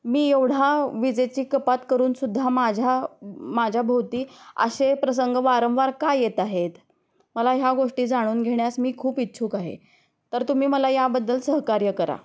मी एवढा विजेची कपात करूनसुद्धा माझ्या माझ्याभोवती असे प्रसंग वारंवार का येत आहेत मला ह्या गोष्टी जाणून घेण्यास मी खूप इच्छुक आहे तर तुम्ही मला याबद्दल सहकार्य करा